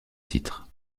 titre